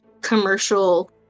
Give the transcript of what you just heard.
commercial